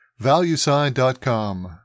valuesign.com